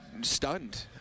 stunned